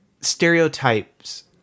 stereotypes